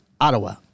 Ottawa